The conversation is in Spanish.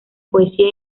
poesía